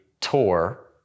tour